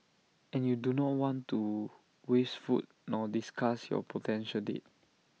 and you do not want to waste food nor disgust your potential date